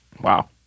wow